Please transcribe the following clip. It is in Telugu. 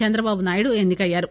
చంద్రబాబునాయుడు ఎన్ని కయ్యారు